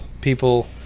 people